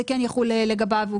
זה כן יחול לגביו?